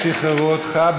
שחררו אותך,